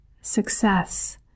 success